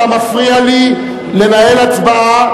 אתה מפריע לי לנהל הצבעה,